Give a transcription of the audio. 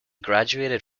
graduated